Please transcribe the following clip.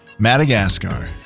Madagascar